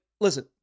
listen